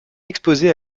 exposée